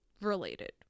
related